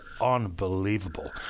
unbelievable